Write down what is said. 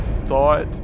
thought